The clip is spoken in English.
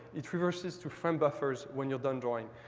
it reverses to frame buffers when you're done drawing.